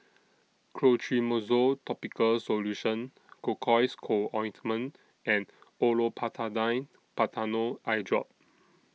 Clotrimozole Topical Solution Cocois Co Ointment and Olopatadine Patanol Eyedrop